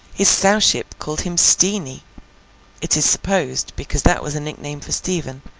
his sowship called him steenie it is supposed, because that was a nickname for stephen,